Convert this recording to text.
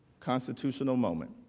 constitutional moment.